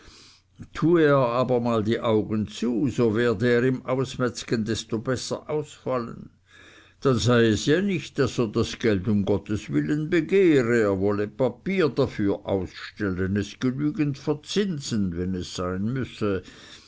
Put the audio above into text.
tue er aber mal die augen zu so werde er im ausmetzgen desto besser ausfallen dann sei es ja nicht daß er das geld um gottes willen begehre er wolle papier dafür ausstellen es genügend verzinsen wenn es sein müsse